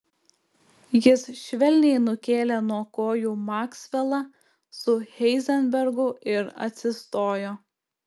jis švelniai nukėlė nuo kojų maksvelą su heizenbergu ir atsistojo